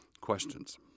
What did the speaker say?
questions